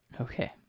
Okay